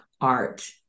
art